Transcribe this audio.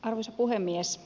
arvoisa puhemies